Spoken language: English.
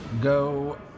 Go